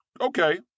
Okay